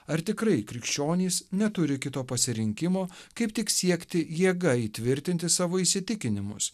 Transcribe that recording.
ar tikrai krikščionys neturi kito pasirinkimo kaip tik siekti jėga įtvirtinti savo įsitikinimus